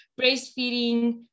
breastfeeding